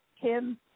Kim